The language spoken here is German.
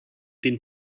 den